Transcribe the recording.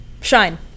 Shine